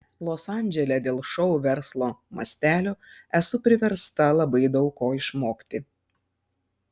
los andžele dėl šou verslo mastelio esu priversta labai daug ko išmokti